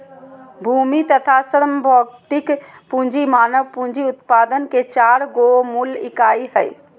भूमि तथा श्रम भौतिक पूँजी मानव पूँजी उत्पादन के चार गो मूल इकाई हइ